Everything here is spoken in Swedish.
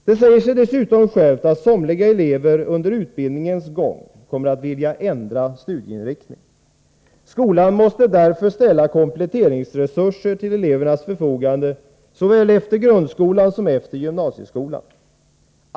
Det säger sig dessutom självt att somliga elever under utbildningens gång kommer att vilja ändra studieinriktning. Skolan måste därför ställa kompletteringsresurser till elevernas förfogande såväl efter grundskolan som efter gymnasieskolan.